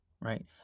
right